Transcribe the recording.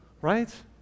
right